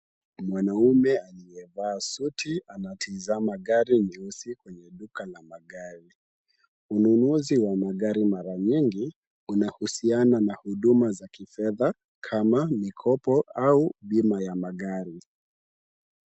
Mwanaume aliyevaa suti anatizama gari nyeusi kwenye duka la magari. Ununuzi wa magari mara nyingi, kunahusiana na huduma za kifedha kama mikopo au bima ya magari.